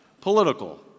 Political